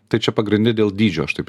tai čia pagrinde dėl dydžio aš taip